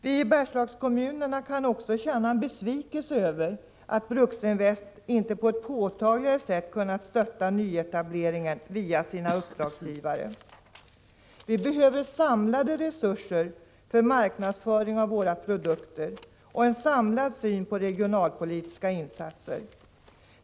Vi i Bergslagskommunerna kan också känna besvikelse över att Bruksinvest inte på ett påtagligare sätt har kunnat stötta nyetableringar via sina uppdragsgivare. Vi behöver samlade resurser för marknadsföring av våra produkter och en samlad syn på regionalpolitiska insatser.